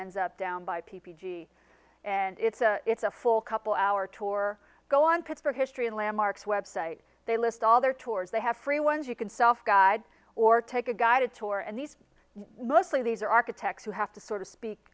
ends up down by p g and it's a it's a full couple hour tour go on paid for history and landmarks website they list all their tours they have free ones you can self guide or take a guided tour and these mostly these are architects who have to sort of speak